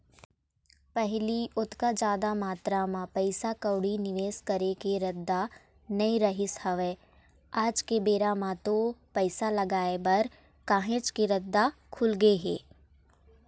पहिली ओतका जादा मातरा म पइसा कउड़ी निवेस करे के रद्दा नइ रहिस हवय आज के बेरा म तो पइसा लगाय बर काहेच के रद्दा खुलगे हे